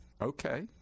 okay